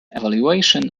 evaluation